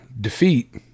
Defeat